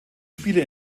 spiele